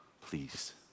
Please